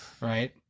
Right